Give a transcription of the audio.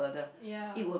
ya